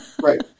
Right